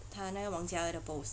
他那个王嘉爾的 post